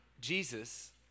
Jesus